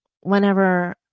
whenever